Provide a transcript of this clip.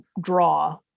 draw